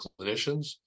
clinicians